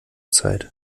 zeit